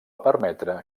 permetre